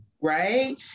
right